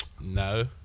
No